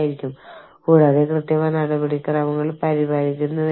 മാതൃരാജ്യത്തിന്റെയും ജീവനക്കാരന്റെയും നിയമങ്ങൾ നമ്മൾ മനസ്സിൽ സൂക്ഷിക്കേണ്ടതുണ്ട്